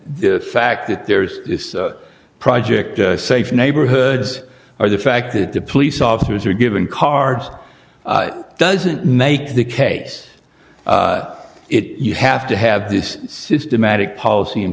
the fact that there's this project safe neighborhoods or the fact that the police officers are given car doesn't make the case it you have to have this systematic policy in